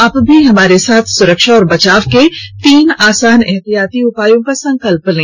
आप भी हमारे साथ सुरक्षा और बचाव के तीन आसान एहतियाती उपायों का संकल्प लें